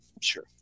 Sure